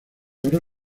ebro